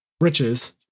Riches